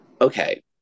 Okay